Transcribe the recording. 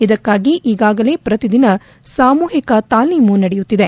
ಇದಕ್ಕಾಗಿ ಈಗಾಗಲೇ ಪ್ರತಿದಿನ ಸಾಮೂಹಿಕ ತಾಲೀಮು ನಡೆಯುತ್ತಿದೆ